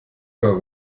oder